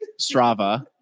strava